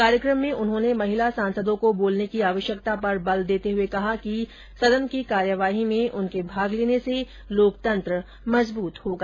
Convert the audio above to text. कार्यक्रम में उन्होंने महिला सांसदों को बोलने की आवश्यकता पर बल देते हुए कहा कि सदन की कार्यवाही में उनके भाग लेने से लोकतंत्र मजबूत होगा